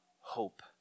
hope